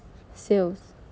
sales